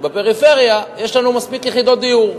בפריפריה יש לנו מספיק יחידות דיור,